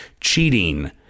Cheating